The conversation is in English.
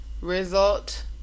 result